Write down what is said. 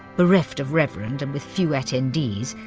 bereft of reverend and with few attendees,